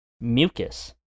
mucus